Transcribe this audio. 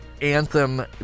Anthem